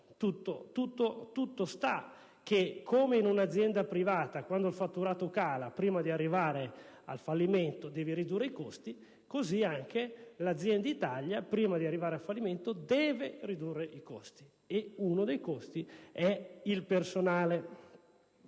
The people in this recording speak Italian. sostanza è che, come in un'azienda privata quando il fatturato cala prima di arrivare al fallimento si debbono ridurre i costi, così anche l'azienda Italia, prima di arrivare al fallimento, deve ridurre i costi, e uno di questi è il personale.